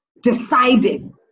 deciding